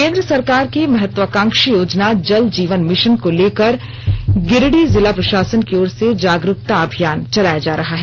केंद्र सरकार की महत्वाकांक्षी योजना जल जीवन मिशन को लेकर गिरिडीह जिला प्रशासन की ओर से जागरूकता अभियान चलाया जा रहा है